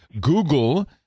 Google